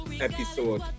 episode